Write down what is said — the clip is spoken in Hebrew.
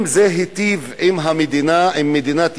האם זה היטיב עם מדינת ישראל,